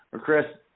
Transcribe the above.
Chris